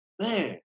man